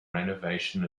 renovation